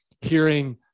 hearing